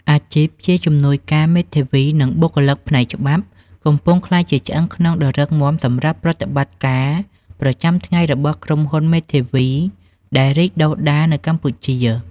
អាជីពជាជំនួយការមេធាវី និងបុគ្គលិកផ្នែកច្បាប់ កំពុងក្លាយជាឆ្អឹងខ្នងដ៏រឹងមាំសម្រាប់ប្រតិបត្តិការប្រចាំថ្ងៃរបស់ក្រុមហ៊ុនមេធាវីដែលរីកដុះដាលនៅកម្ពុជា។